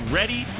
ready